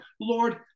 Lord